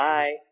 Bye